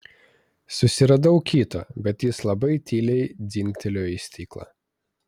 susiradau kitą bet jis labai tyliai dzingtelėjo į stiklą